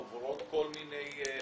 הן עוברות כל מיני פאזות,